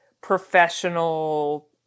professional